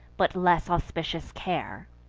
but less auspicious care.